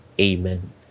Amen